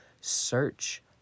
search